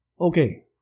okay